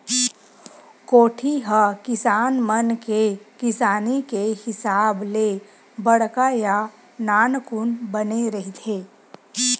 कोठी ह किसान मन के किसानी के हिसाब ले बड़का या नानकुन बने रहिथे